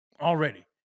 already